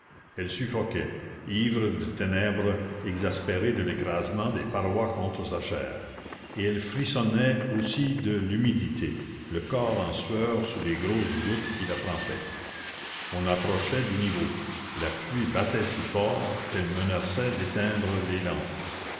elle suffoquait ivre de ténèbres exaspérée de l'écrasement des parois contre sa chair et elle frissonnait aussi de l'humidité le corps en sueur sous les grosses gouttes qui la trempaient on approchait du niveau la pluie battait si fort qu'elle menaçait d'éteindre les lampes